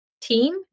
team